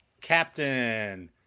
Captain